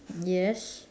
yes